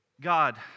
God